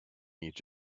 each